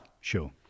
Sure